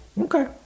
Okay